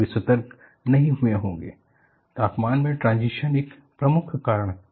वे सतर्क नहीं हुए होंगे तापमान में ट्रांजिशन एक प्रमुख कारण है